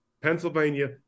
Pennsylvania